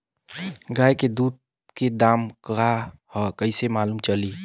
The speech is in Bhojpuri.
गाय के दूध के दाम का ह कइसे मालूम चली?